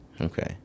Okay